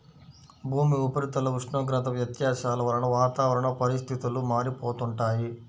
భూమి ఉపరితల ఉష్ణోగ్రత వ్యత్యాసాల వలన వాతావరణ పరిస్థితులు మారిపోతుంటాయి